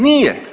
Nije.